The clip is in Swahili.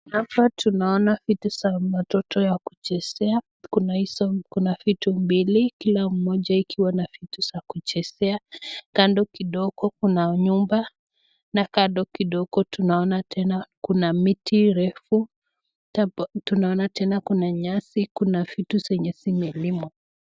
Hapa tunaona vitu za watoto ya kuchezea. Kuna hizo kuna vitu mbili , kila moja ikiwa na vitu za kuchezea . Kando kidogo kuna nyumba na kando kidogo tunaona tena kuna miti refu . Tunaona tena kuna nyasi ,kuna vitu zenye zimelimwa